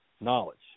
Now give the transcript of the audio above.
knowledge